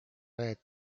mehed